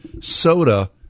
Soda